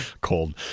Cold